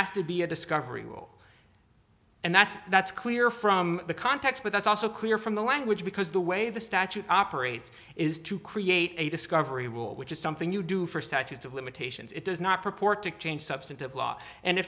has to be a discovery will and that's that's clear from the context but that's also clear from the language because the way the statute operates is to create a discovery will which is something you do for statutes of limitations it does not purport to change substantive law and